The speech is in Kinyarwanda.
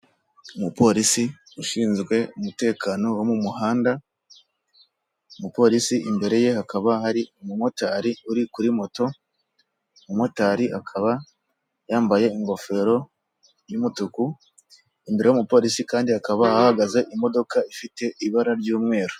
Umupolisi ushinzwe umutekano wo mu muhanda, umupolisi imbere ye hakaba hari umumotari uri kuri moto, umumotari akaba yambaye ingofero y'umutuku, imbere y'uwo mupolisi kandi hakaba hahagaze imodoka ifite ibara ry'umweru.